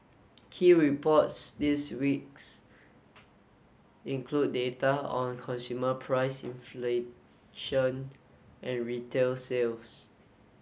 key reports this weeks include data on consumer price inflation and retail sales